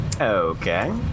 Okay